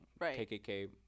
KKK